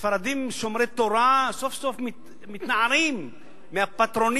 הספרדים שומרי תורה מתנערים מהפטרוניזם